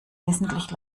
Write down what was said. wesentlich